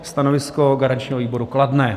Stanovisko garančního výboru kladné.